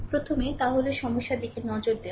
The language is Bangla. প্রথমে তা হল সমস্যার দিকে নজর দেওয়া